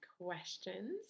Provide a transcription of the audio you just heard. Questions